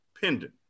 pendant